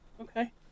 okay